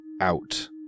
out